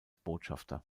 botschafter